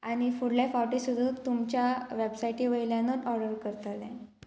आनी फुडल्या फावटी सुद्दां तुमच्या वेबसायटी वयल्यानूच ऑर्डर करतलें